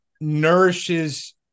nourishes